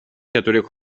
чадварыг